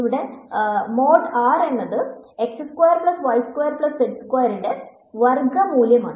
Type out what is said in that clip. ഇവിടെ |r| എന്നത് ൻറെ വർഗ മൂല്യമാണ്